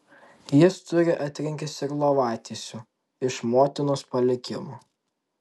jis turi atrinkęs ir lovatiesių iš motinos palikimo